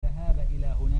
الذهاب